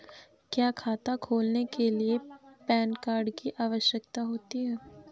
क्या खाता खोलने के लिए पैन कार्ड की आवश्यकता होती है?